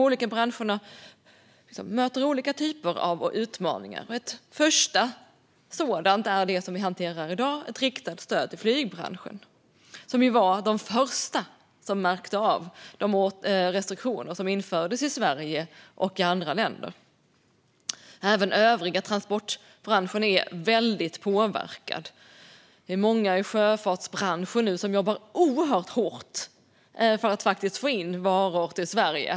Olika branscher möter ju olika typer av utmaningar. En första sådan åtgärd är den vi hanterar här i dag: ett riktat stöd till flygbranschen, som var de första som märkte av de restriktioner som infördes i Sverige och i andra länder. Även den övriga transportbranschen är väldigt påverkad. Det är många i sjöfarten som nu jobbar oerhört hårt för att få in varor till Sverige.